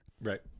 right